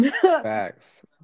Facts